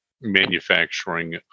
manufacturing